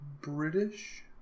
British